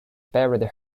buried